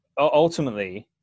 ultimately